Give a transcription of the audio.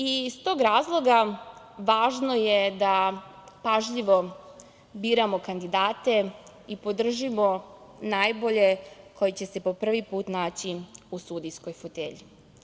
Iz tog razloga, važno je da pažljivo biramo kandidate i podržimo najbolje koji će se po prvi put naći u sudijskoj fotelji.